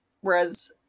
Whereas